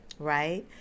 Right